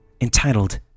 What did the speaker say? entitled